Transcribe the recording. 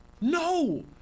No